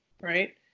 right